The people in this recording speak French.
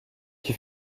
qui